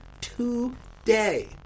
today